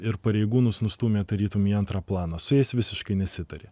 ir pareigūnus nustūmė tarytum į antrą planą su jais visiškai nesitarė